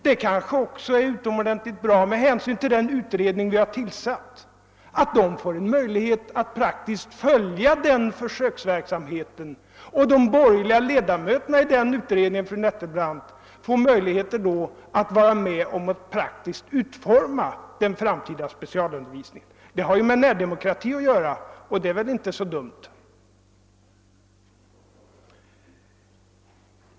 Det kanske också är utomordentligt bra att den utredning vi har tillsatt får en möjlighet att i praktiken följa denna försöksverksamhet, ty de borgerliga ledamöterna i den utredningen, fru Nettelbrandt, får då tillfälle att vara med om att praktiskt utforma den framtida specialundervisningen. Det har ju med närdemokrati att göra, och det är väl inte så dumt?